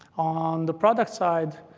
on the product side,